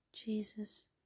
Jesus